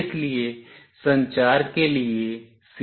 इसलिए संचार के लिए सीमा बड़ी नहीं है